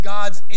God's